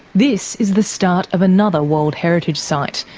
this is the start of another world heritage site,